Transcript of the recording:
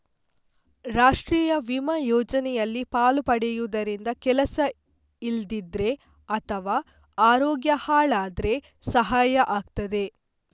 ರಾಷ್ಟೀಯ ವಿಮಾ ಯೋಜನೆಯಲ್ಲಿ ಪಾಲು ಪಡೆಯುದರಿಂದ ಕೆಲಸ ಇಲ್ದಿದ್ರೆ ಅಥವಾ ಅರೋಗ್ಯ ಹಾಳಾದ್ರೆ ಸಹಾಯ ಆಗ್ತದೆ